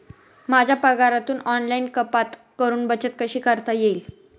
माझ्या पगारातून ऑनलाइन कपात करुन बचत कशी करता येईल?